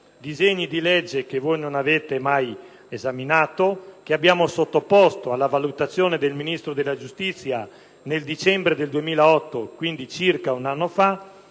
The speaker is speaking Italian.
disegni di legge che voi non avete mai esaminato, che noi abbiamo sottoposto alla valutazione del Ministro della giustizia nel dicembre 2008 - quindi circa un anno fa